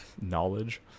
knowledge